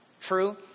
True